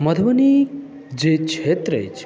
मधुबनी जे क्षेत्र अछि